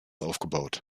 aufgebaut